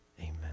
Amen